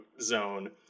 zone